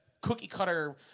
cookie-cutter